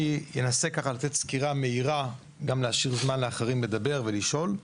אני אנסה כאן לתת סקירה מהירה גם להשאיר זמן לאחרים לדבר ולשאול,